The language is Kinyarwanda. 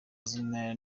izina